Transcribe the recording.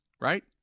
right